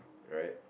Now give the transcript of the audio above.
right